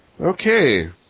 Okay